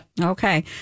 Okay